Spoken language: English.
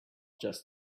just